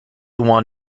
won